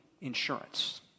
insurance